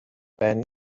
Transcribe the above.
ben